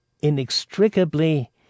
inextricably